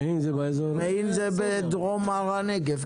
זה בדרום מערב הנגב,